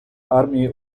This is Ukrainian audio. армії